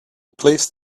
placed